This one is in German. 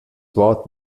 wort